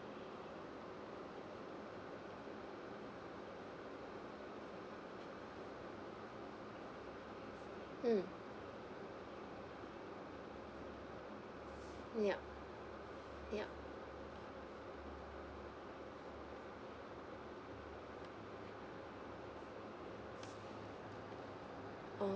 mm yup yup